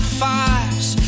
fires